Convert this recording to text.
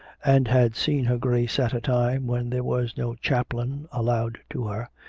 and had seen her grace at a time when there was no chaplain allowed to her,